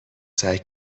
سعی